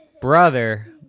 brother